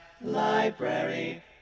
Library